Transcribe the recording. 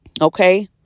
Okay